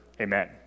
Amen